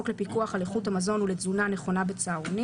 התשע"ו 2015 ; (32)חוק לפיקוח על איכות המזון ולתזונה נכונה בצהרונים,